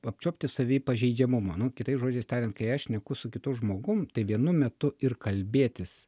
apčiuopti savy pažeidžiamumą nu kitais žodžiais tariant kai aš šneku su kitu žmogum tai vienu metu ir kalbėtis